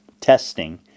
testing